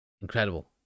incredible